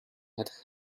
had